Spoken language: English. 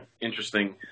interesting